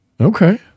Okay